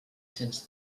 cents